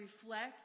reflect